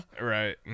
Right